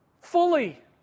Fully